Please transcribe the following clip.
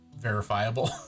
verifiable